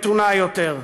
מתונה יותר.